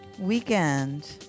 weekend